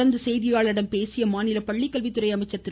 தொடர்ந்து செய்தியாளர்களிடம் பேசிய மாநில பள்ளிக்கல்வித்துறை அமைச்சர் திரு